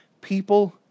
People